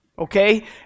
Okay